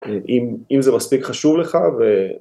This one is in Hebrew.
‫אם זה מספיק חשוב לך.